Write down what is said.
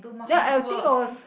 that I think I was